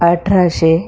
अठराशे